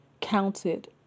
Counted